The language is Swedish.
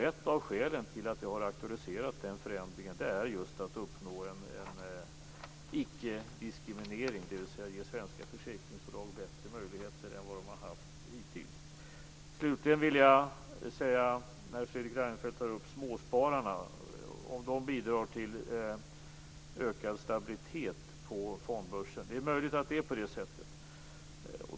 Ett av skälen till att jag har auktoriserat den förändringen är just att uppnå en icke-diskriminering, dvs. att ge svenska försäkringsbolag bättre möjligheter än vad de haft hittills. Slutligen vill jag säga, när Fredrik Reinfeldt tar upp att småspararna bidrar till ökad stabilitet på fondbörsen, att det är möjligt att det är på det sättet.